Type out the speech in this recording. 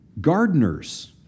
gardeners